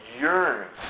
yearns